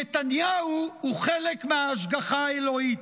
נתניהו הוא חלק מההשגחה האלוהית,